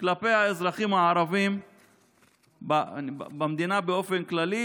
כלפי האזרחים הערבים במדינה באופן כללי,